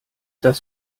das